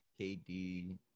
KD